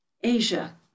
Asia